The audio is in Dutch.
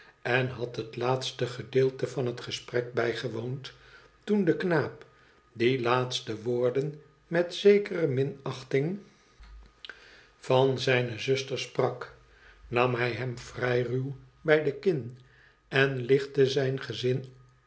en had het laatste gedeelte van het gesprek bijgewoond toen de knaap die laatste woorden met zekere minachting van zijne zuster sprak nam hij hem vrij ruw bij de kin en lichtte zijn gezicht